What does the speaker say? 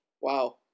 Wow